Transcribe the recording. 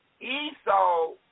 Esau